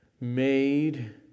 made